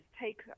take